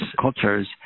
cultures